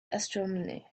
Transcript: astronomy